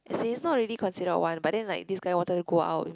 as in is not really considered one but then like this guy wanted to go out with